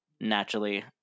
naturally